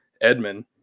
edmund